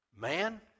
man